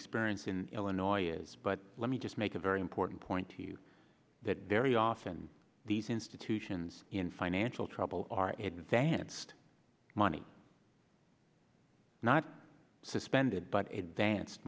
experience in illinois is but let me just make a very important point to you that very often these institutions in financial trouble are exams money not suspended but a dance